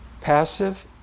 passive